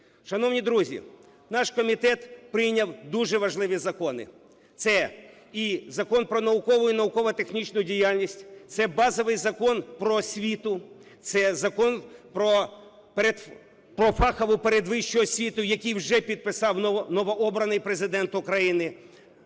Шановні друзі, наш комітет прийняв дуже важливі закони. Це і Закон "Про наукову і науково-технічну діяльність", це базовий Закон "Про освіту", це Закон "Про фахову передвищу освіту", який вже підписав новообраний Президент України